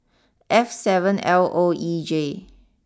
F seven L O E J